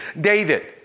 David